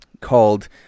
called